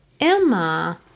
Emma